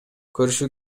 көрүшү